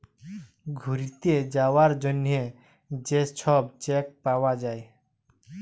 ঘ্যুইরতে যাউয়ার জ্যনহে যে ছব চ্যাক পাউয়া যায়